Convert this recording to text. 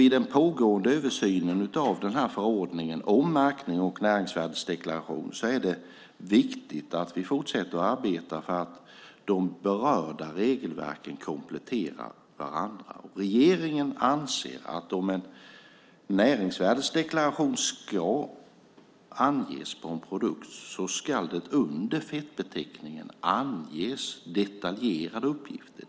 Vid den pågående översynen av denna förordning om märkning och näringsvärdesdeklaration är det viktigt att vi fortsätter arbeta för att de berörda regelverken kompletterar varandra. Regeringen anser att om en näringsvärdesdeklaration ska anges på en produkt ska det under fettbeteckningen anges detaljerade uppgifter.